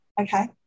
Okay